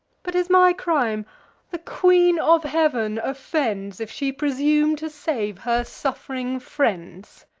but is my crime the queen of heav'n offends, if she presume to save her suff'ring friends!